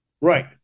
Right